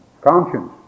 Conscience